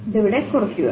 ഇത് ഇവിടെ കുറയ്ക്കുക